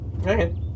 Okay